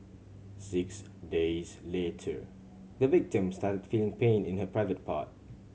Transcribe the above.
six days later the victim started feeling pain in her private part